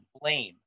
blame